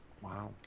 wow